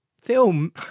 film